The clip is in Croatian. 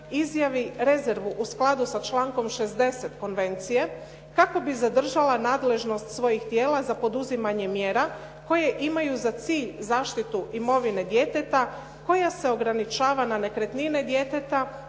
izjavi rezervu u skladu sa člankom 60. konvencije, kako bi zadržala nadležnost svojih tijela za poduzimanje mjera koje imaju za cilj zaštitu imovine djeteta, koja se ograničava na nekretnine djeteta,